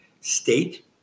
state